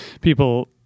people